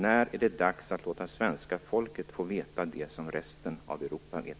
När är det dags att låta svenska folket få veta det som resten av Europa vet?